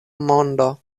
mondo